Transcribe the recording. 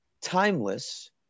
Timeless